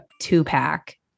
two-pack